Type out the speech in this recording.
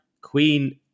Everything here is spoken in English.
Queen